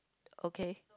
okay